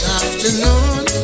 afternoon